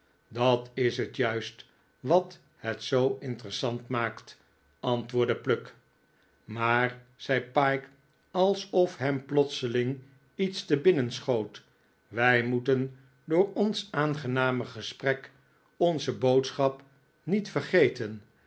dat is het juist wat het zoo interessant maakt antwoordde pluck maar zei pyke alsof hem plotseling iets te binnen schoot wij moeten door ons aangename gesprek onze boodschap niet vergeten